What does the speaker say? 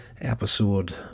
episode